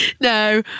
No